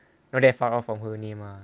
what they found out from her name ah